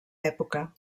època